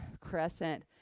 crescent